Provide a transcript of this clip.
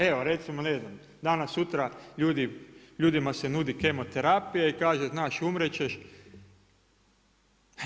Evo, recimo, ne znam, danas, sutra, ljudima se nudi kemo terapija, i kažu znaš umrijeti ćeš.